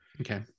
Okay